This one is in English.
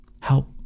help